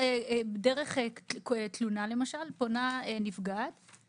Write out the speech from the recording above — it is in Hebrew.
להאריך את התקופה האמורה לתקופה נוספת אחת בלבד שלא תעלה על שלושים